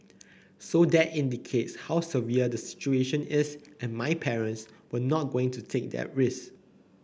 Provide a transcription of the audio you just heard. so that indicates how severe the situation is and my parents were not going to take that risk